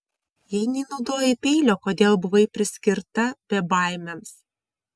jei nenaudojai peilio kodėl buvai priskirta bebaimiams